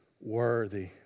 worthy